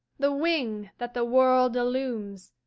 the wing that the world illumes,